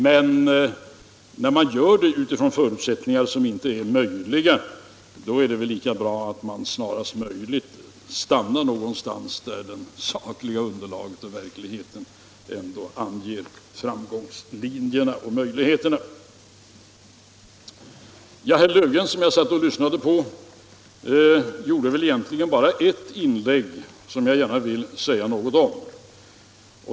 Men när man gör det utifrån förutsättningar som inte är verkliga är det väl lika bra att man snarast möjligt stannar någonstans där det sakliga underlaget och verkligheten ändå anger framgångslinjerna och möjligheterna. Herr Löfgren, som jag satt och lyssnade på, gjorde väl egentligen bara ett inlägg som jag gärna vill säga något om.